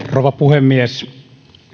rouva puhemies